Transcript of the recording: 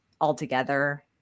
altogether